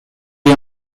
est